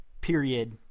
period